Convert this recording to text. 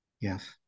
Yes